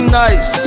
nice